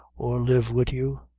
or live wid you.